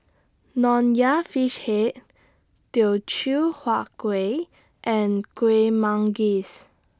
Nonya Fish Head Teochew Huat Kueh and Kueh Manggis